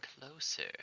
Closer